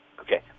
Okay